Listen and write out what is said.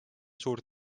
suurt